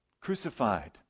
Crucified